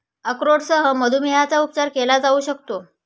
अक्रोडसह मधुमेहाचा उपचार केला जाऊ शकतो